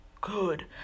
good